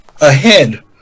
ahead